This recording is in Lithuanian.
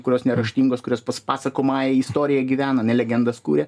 kurios neraštingos kurios pas pasakojamąja istorija gyvena ane legendas kuria